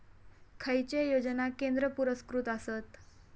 खैचे योजना केंद्र पुरस्कृत आसत?